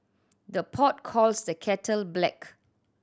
the pot calls the kettle black